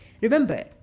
Remember